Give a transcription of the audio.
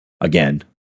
again